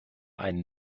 einen